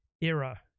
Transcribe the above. era